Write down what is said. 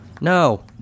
no